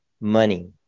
money